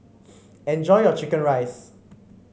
enjoy your chicken rice